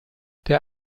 der